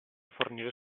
fornire